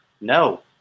No